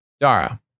dara